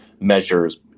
measures